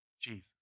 Jesus